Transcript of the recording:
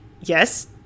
yes